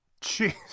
jeez